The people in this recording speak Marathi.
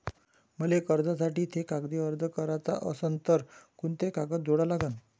मले कर्जासाठी थे कागदी अर्ज कराचा असन तर कुंते कागद जोडा लागन?